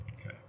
Okay